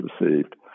received